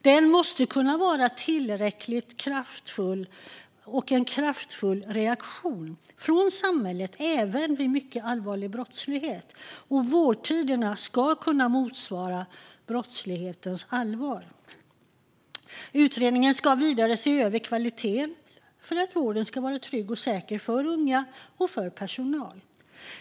Det måste kunna komma en tillräckligt kraftfull reaktion från samhället även vid mycket allvarlig brottslighet, och vårdtiderna ska kunna motsvara brottslighetens allvar. Utredningen ska vidare se över kvaliteten för att vården ska vara trygg och säker för unga och personal.